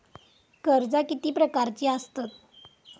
कर्जा किती प्रकारची आसतत